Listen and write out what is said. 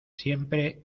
siempre